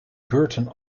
burton